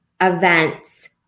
events